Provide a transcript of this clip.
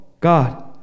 God